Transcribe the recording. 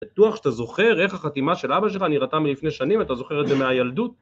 בטוח שאתה זוכר איך החתימה של אבא שלך נראתה מלפני שנים ואתה זוכר את זה מהילדות